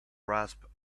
rasp